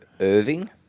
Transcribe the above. Irving